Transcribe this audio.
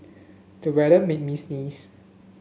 the weather made me sneeze